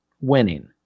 winning